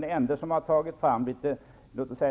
Den ende som har tagit fram